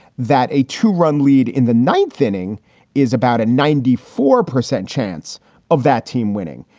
that a two run lead in the ninth inning is about a ninety four percent chance of that team winning,